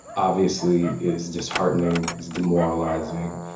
obviously, is disheartening, is demoralizing.